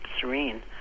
serene